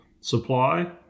supply